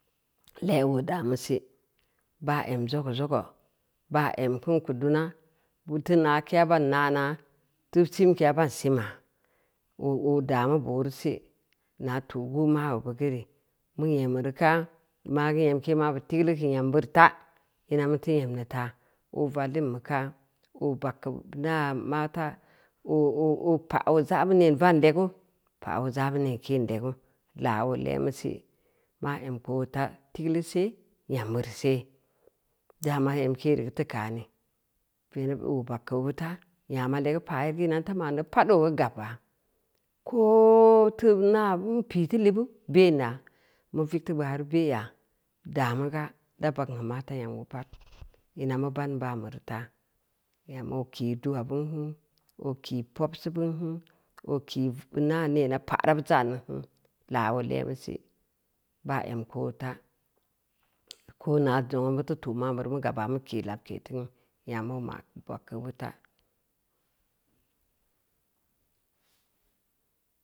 Le’ oo daamusi baa em zogeu-zoga, baa em kin keu duua, teu na’keya ban na’naa, teu simkeya ban sima, nuu oo daa mu borru si, naa tu’ gu maabu bu geu re, mu nyemu reu kaa, maa geu nyemke mabeu ti geulu geu keu nyam beureu ta, ina muteu nyemmi taa, oo vallin mu ka, oo baggeu ina mata oo oo pa’ oo ja’ mu neen vaan legu, pa’oo ja’ mu neen keen legu lad oo le’mu si, maa em keu oota, tigeulu see nyam beureu see, daama emke reu teu kaani veneb oo bag keu obu ta, nyama legu paaye ina nteu ma’n neu pad oo geu gabba, kooo ina n pii teu libu, be’n naa, mu veug teu gbaaru beya, daamu ga da bagn geu ata nyam geu pad, ina mu ban banbeu reu faa, nyam oo kii dua bun n, oo kii pobsi bu nn, oo kii ina neena pa’ ra bu za’n neu nn, laa oo le’bu si, baa em keu oota, ko na zongna mutu ta ma’n bureu mu gabba mu ki lamke teu nn, nyam oo ma’ oo bag geu obu ta.